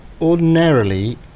ordinarily